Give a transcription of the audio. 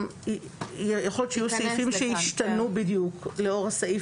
יכול להיות שיהיו סעיפים שישתנו לאור הסעיף